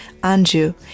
Anju